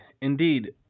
indeed